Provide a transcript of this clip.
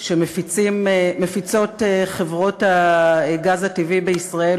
שמפיצות חברות הגז הטבעי בישראל,